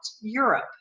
Europe